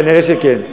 כנראה כן.